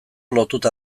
lotuta